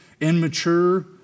immature